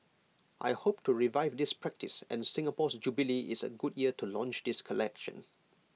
I hope to revive this practice and Singapore's jubilee is A good year to launch this collection